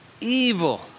evil